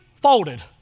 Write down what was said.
folded